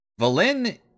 Valin